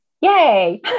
Yay